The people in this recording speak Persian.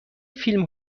فیلم